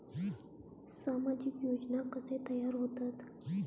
सामाजिक योजना कसे तयार होतत?